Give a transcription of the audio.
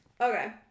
Okay